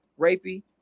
Rapey